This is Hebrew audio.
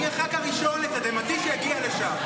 לתדהמתי אני הח"כ הראשון שהגיע לשם.